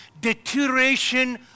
deterioration